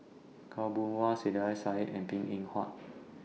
Khaw Boon Wan Saiedah Said and Png Eng Huat